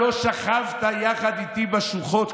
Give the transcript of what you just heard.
"לא שכבת יחד איתי בשוחות",